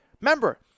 Remember